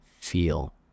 feel